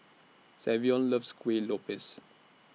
Savion loves Kuih Lopes